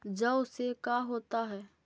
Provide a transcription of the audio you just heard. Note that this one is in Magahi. जौ से का होता है?